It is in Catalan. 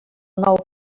nou